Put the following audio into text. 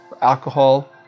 alcohol